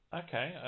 okay